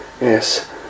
Yes